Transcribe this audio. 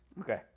Okay